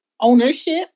ownership